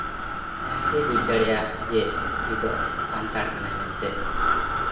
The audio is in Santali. ᱡᱟᱦᱟᱸᱭ ᱜᱮ ᱵᱩᱡᱽ ᱫᱟᱲᱮᱭᱟᱜ ᱡᱮ ᱱᱩᱭ ᱫᱚ ᱥᱟᱱᱛᱟᱲ ᱠᱟᱱᱟᱭ ᱢᱮᱱᱛᱮ